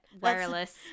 wireless